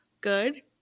good